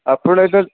ଆପଣ ଏବେ